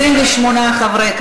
התשע"ה 2015,